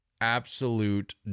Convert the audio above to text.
absolute